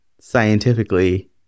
scientifically